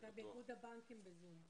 איגוד הבנקים ב-זום.